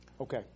Okay